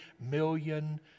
million